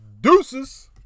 Deuces